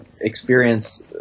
experience